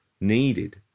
needed